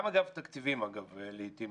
גם תקציבים, אגב, לעיתים,